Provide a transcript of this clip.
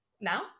now